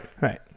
Right